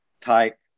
type